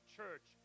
church